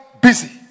busy